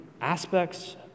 aspects